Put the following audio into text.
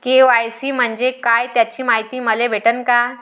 KYC म्हंजे काय त्याची मायती मले भेटन का?